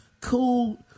cool